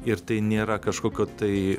ir tai nėra kažkokio tai